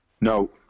No